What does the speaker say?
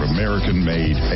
American-made